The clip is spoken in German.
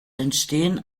entstehen